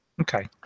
Okay